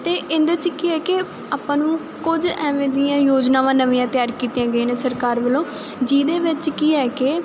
ਤੇ ਇਹਦੇ ਚ ਕੀ ਹੈ ਕਿ ਆਪਾਂ ਨੂੰ ਕੁਝ ਐਵੇਂ ਦੀਆਂ ਯੋਜਨਾਵਾਂ ਨਵੀਆਂ ਤਿਆਰ ਕੀਤੀਆਂ ਗਈਆਂ ਨੇ ਸਰਕਾਰ ਵੱਲੋਂ ਜਿਹਦੇ ਵਿੱਚ ਕੀ ਹੈ ਕਿ